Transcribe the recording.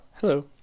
hello